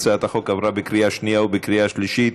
הצעת החוק עברה בקריאה שנייה ובקריאה שלישית.